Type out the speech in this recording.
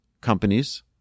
companies